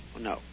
No